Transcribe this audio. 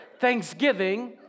thanksgiving